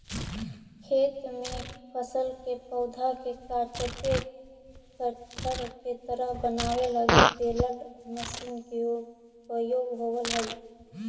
खेत में फसल के पौधा के काटके गट्ठर के तरह बनावे लगी बेलर मशीन के उपयोग होवऽ हई